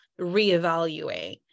reevaluate